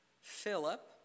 philip